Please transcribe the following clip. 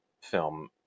film